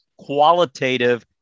qualitative